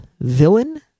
villain